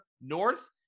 north